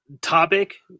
topic